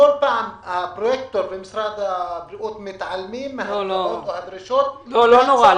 הפרויקטור מתעלם מהדרישות --- לא נורא,